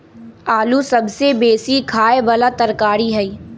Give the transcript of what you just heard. आलू सबसे बेशी ख़ाय बला तरकारी हइ